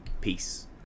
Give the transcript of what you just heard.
Peace